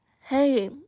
Hey